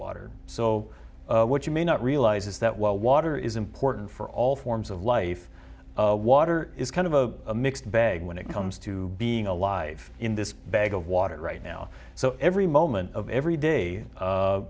water so what you may not realize is that while water is important for all forms of life water is kind of a mixed bag when it comes to being alive in this bag of water right now so every moment of every day